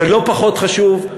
ולא פחות חשוב,